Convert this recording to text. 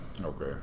Okay